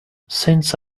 since